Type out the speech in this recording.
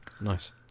nice